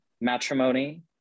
matrimony